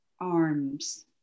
arms